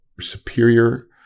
superior